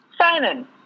Simon